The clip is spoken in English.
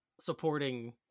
supporting